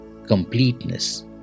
completeness